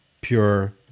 pure